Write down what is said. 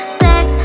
sex